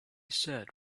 said